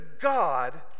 God